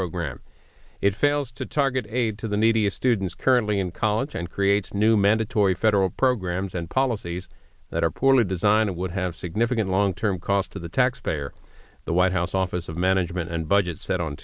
program it fails to target aide to the neediest students currently in college and creates new mandatory federal programs and policies that are poorly designed would have significant long term cost to the taxpayer the white house office of management and budget s